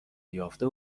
یافته